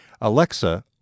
Alexa